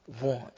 want